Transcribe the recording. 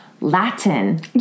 Latin